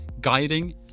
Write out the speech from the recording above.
guiding